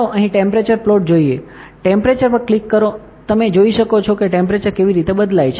ચાલો અહીં temperature plot જોઈએ ટેમ્પરેચર પર ક્લિક કરો તમે જોઈ શકો છો કે ટેમ્પરેચર કેવી રીતે બદલાય છે